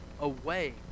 away